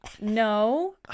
No